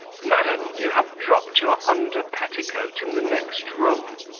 madam, you have dropped your under-petticoat in the next room.